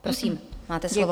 Prosím, máte slovo.